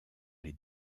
les